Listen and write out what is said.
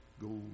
go